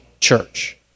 church